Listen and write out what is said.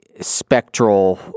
spectral